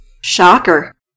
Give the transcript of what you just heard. Shocker